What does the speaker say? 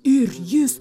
ir jis